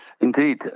Indeed